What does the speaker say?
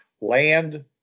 land